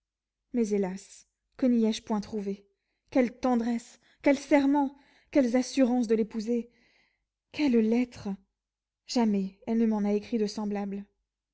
mais hélas que n'y ai-je point trouvé quelle tendresse quels serments quelles assurances de l'épouser quelles lettres jamais elle ne m'en a écrit de semblables